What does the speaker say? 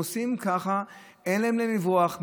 אין להם לאן לברוח,